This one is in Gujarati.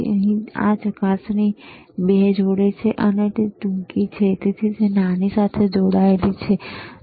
અને પછી તે આ 2 ચકાસણીને જોડે છે અને જે ટૂંકી તેણે આ નાની સાથે જોડેલી છે બરાબર